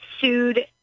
sued